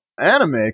anime